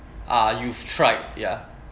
ah you've tried ya